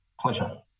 Pleasure